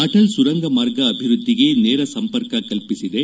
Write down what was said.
ಅಟಲ್ ಸುರಂಗ ಮಾರ್ಗ ಅಭಿವ್ಯದ್ಲಿಗೆ ನೇರ ಸಂಪರ್ಕ ಕಲ್ಪಿಸಿದೆ